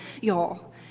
y'all